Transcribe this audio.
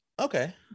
okay